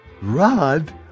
Rod